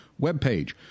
webpage